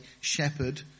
shepherd